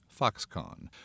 Foxconn